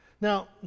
Now